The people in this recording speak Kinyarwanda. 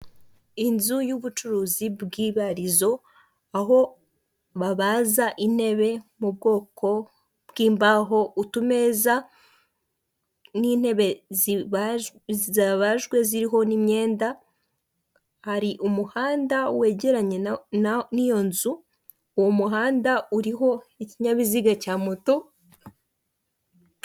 Inzu y'ubucuruzi bw'ibarizo aho babaza intebe mu bwoko bw'imbaho utumeza n'intebe zibajwe ziriho n'imyenda hari umuhanda wegeranye n'iyo nzu uwo muhanda uriho ikinyabiziga cya moto.